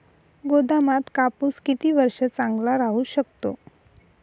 गोदामात कापूस किती वर्ष चांगला राहू शकतो?